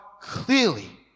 clearly